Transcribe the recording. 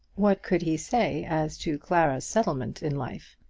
what could he say as to clara's settlement in life?